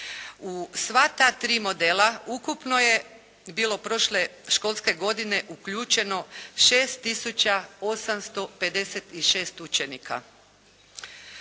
U sva ta tri modela ukupno je bilo prošle školske godine uključeno 6 tisuća 856 učenika.